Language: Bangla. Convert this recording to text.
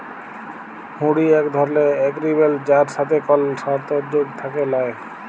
হুঁড়ি এক ধরলের এগরিমেনট যার সাথে কল সরতর্ যোগ থ্যাকে ল্যায়